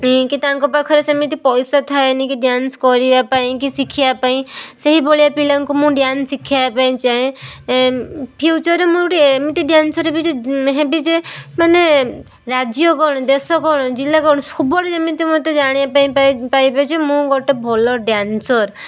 କି ତାଙ୍କ ପାଖରେ ସେମିତି ପଇସା ଥାଏନି କି ଡ୍ୟାନ୍ସ କରିବା ପାଇଁ କି ଶିଖିବା ପାଇଁ ସେହି ଭଳିଆ ପିଲାଙ୍କୁ ମୁଁ ଡ୍ୟାନ୍ସ ଶିଖାଇବା ପାଇଁ ଚାହେଁ ଫିଉଚର୍ରେ ମୋର ଗୋଟେ ଏମିତି ଡ୍ୟାନ୍ସର ହେବି ଯେ ହେବି ଯେ ମାନେ ରାଜ୍ୟ କ'ଣ ଦେଶ କ'ଣ ଜିଲ୍ଲା କ'ଣ ସବୁଆଡ଼େ ଯେମିତି ମୋତେ ଜାଣିବା ପାଇଁ ପାଇବେ ଯେ ମୁଁ ଗୋଟେ ଭଲ ଡ୍ୟାନ୍ସର